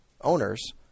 owners